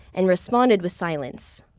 and responded with silence.